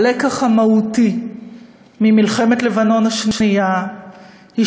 הלקח המהותי ממלחמת לבנון השנייה הוא